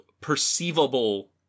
perceivable